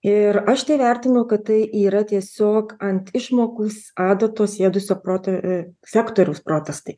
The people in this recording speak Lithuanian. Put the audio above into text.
ir aš tai vertinu kad tai yra tiesiog ant išmokus adatų sėdusio proto e sektoriaus protas tai